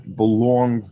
belong